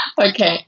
okay